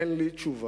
אין לי תשובה.